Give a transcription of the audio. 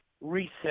reset